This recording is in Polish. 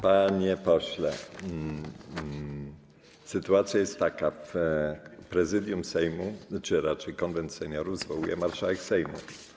Panie pośle, sytuacja jest taka: Prezydium Sejmu czy raczej Konwent Seniorów zwołuje marszałek Sejmu.